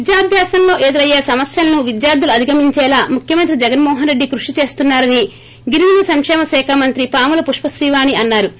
విద్యాభ్యాసంలో ఎదురయ్యే సమస్యలను విద్యార్థులు అధిగమించేలా ముఖ్యమంత్రి జగన్మోహన్ రెడ్డి కృషి చేస్తున్నా రని గిరిజన సంకేమ శాఖ మంత్రి పాముల పుష్పత్రీవాణి అన్నా రు